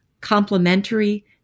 complementary